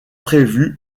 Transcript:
prévues